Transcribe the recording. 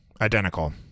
Identical